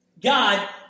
God